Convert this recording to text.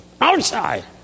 Outside